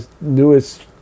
newest